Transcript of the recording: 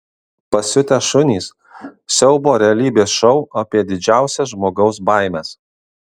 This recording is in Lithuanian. pasiutę šunys siaubo realybės šou apie didžiausias žmogaus baimes